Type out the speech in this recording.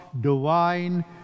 divine